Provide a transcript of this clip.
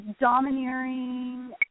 domineering